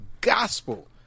gospel